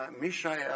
Mishael